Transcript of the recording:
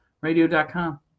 Radio.com